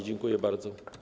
Dziękuję bardzo.